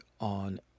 on